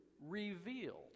revealed